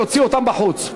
להוציא אותם בחוץ.